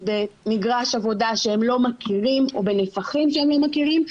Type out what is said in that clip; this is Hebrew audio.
במגרש עבודה שהם לא מכירים או בנפח שהם לא מכירים,